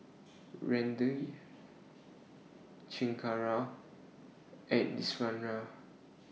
Ramdev Chengara and Iswaran